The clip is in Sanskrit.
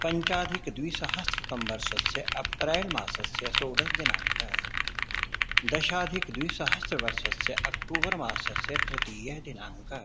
पञ्चाधिक द्विसहस्रतमवर्षस्य अप्रिल् मासस्य षोडश दिनाङ्कः दशाधिक द्वि सहस्रवर्षस्य अक्टोबर् मासस्य तृतीयः दिनाङ्कः